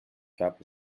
gab